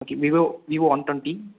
Vivo Vivo one twenty